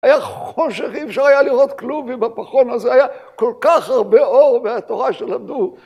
היה חושך, אי אפשר היה לראות כלום עם הפחון הזה, היה כל כך הרבה אור מהתורה שלמדו.